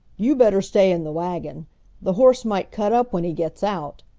you better stay in the wagon the horse might cut up when he gets out,